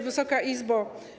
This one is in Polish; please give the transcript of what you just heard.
Wysoka Izbo!